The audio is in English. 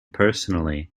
personally